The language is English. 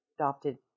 adopted